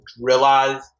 realize